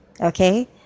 Okay